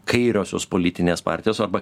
kairiosios politinės partijos arba